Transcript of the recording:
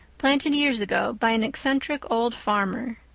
planted years ago by an eccentric old farmer.